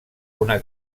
una